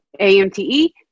AMTE